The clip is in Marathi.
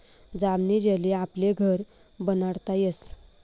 जामनी जेली आपले घर बनाडता यस